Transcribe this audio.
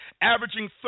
averaging